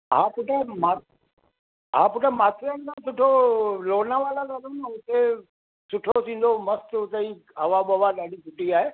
हा पुटु मा हा पुटु माथेरन खां सुठो लोनावला था हलऊं न उते सुठो थींदो मस्तु उते ई हवा ॿवा ॾाढी सुठी आहे